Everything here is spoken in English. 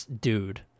dude